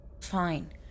Fine